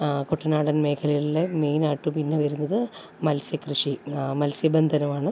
കുട്ടനാടൻ മേഖലകളിൽ മെയിനായിട്ട് പിന്നെ വരുന്നത് മത്സ്യക്കൃഷി മത്സ്യബന്ധനം ആണ്